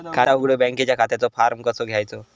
खाता उघडुक बँकेच्या खात्याचो फार्म कसो घ्यायचो?